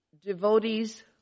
devotees